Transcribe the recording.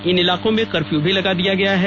इन इलाकों में कर्फ्यू भी लगा दिया गया है